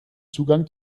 zugang